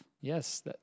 Yes